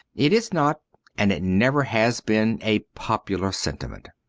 it is not and it never has been a popular sentiment.